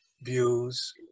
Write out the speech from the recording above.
views